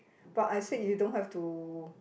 but I speak you don't have to